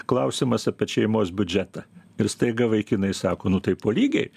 klausimas apie šeimos biudžetą ir staiga vaikinai sako nu tai po lygiai